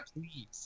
please